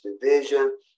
division